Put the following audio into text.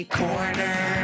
corner